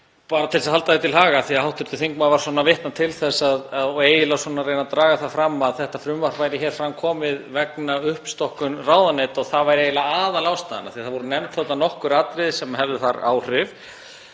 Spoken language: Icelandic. Bara til þess að halda því til haga, af því að hv. þingmaður var að vitna til þess og eiginlega að reyna að draga það fram að þetta frumvarp væri fram komið vegna uppstokkunar ráðuneyta og það væri eiginlega aðalástæðan, og þar voru nefnd nokkur atriði sem hefðu þar áhrif,